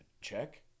check